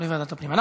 בוועדת הפנים.